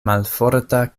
malforta